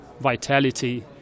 vitality